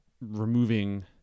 removing